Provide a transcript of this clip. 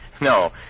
No